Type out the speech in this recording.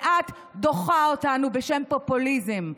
ואת דוחה אותנו בשם פופוליזם.